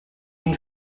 une